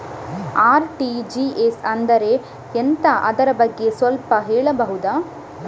RTGS ಅಂದ್ರೆ ಎಂತ ಅದರ ಬಗ್ಗೆ ಸ್ವಲ್ಪ ಹೇಳಬಹುದ?